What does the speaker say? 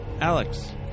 Alex